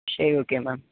சரி okay ma'am